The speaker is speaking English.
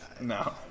No